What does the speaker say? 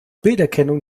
bilderkennung